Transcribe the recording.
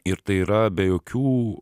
ir tai yra be jokių